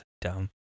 dumb